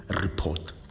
report